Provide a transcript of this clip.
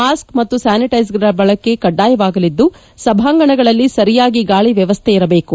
mass ಮತ್ತು ಸ್ಲಾನಿಟ್ಸೆಜರ್ಗಳ ಬಳಕೆ ಕಡ್ಡಾಯವಾಗಲಿದ್ಲು ಸಭಾಂಗಣಗಳಲ್ಲಿ ಸರಿಯಾಗಿ ಗಾಳಿ ವ್ಯವಸ್ನೆ ಇರಬೇಕು